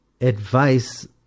advice